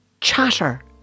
chatter